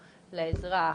לאזרח,